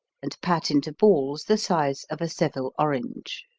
and pat into balls the size of a seville orange.